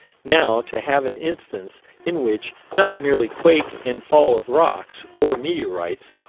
now to have an instance in which, not merely quake and fall of rocks or meteorites,